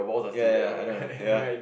ya ya I know I know ya